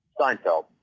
Seinfeld